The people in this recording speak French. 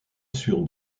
sur